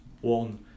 one